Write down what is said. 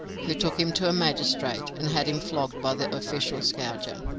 who took him to a magistrate, and had him flogged by the official scourger.